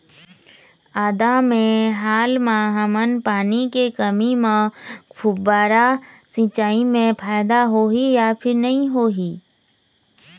आदा मे हाल मा हमन पानी के कमी म फुब्बारा सिचाई मे फायदा होही या फिर नई होही?